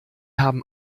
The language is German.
haben